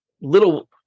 little